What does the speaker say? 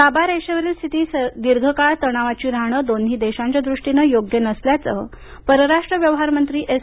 ताबारेषेवरील स्थिती दीर्घकाळ तणावाची राहणं दोन्ही देशांच्या दृष्टीन योग्य नसल्याचं परराष्ट्र व्यवहारमंत्री एस